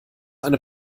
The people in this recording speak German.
eine